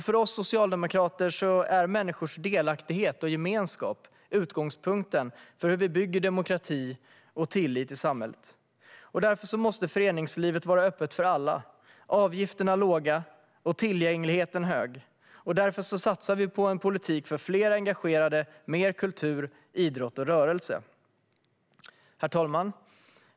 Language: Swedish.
För oss socialdemokrater är människors delaktighet och gemenskap utgångspunkten för hur vi bygger demokrati och tillit i samhället. Och därför måste föreningslivet vara öppet för alla. Avgifterna måste vara låga och tillgängligheten hög. Därför satsar vi på en politik för fler engagerade, mer kultur, idrott och rörelse. Herr talman!